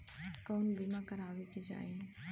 कउन बीमा करावें के चाही?